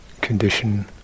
condition